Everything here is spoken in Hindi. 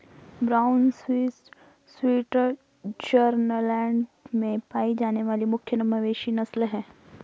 ब्राउन स्विस स्विट्जरलैंड में पाई जाने वाली मुख्य मवेशी नस्ल है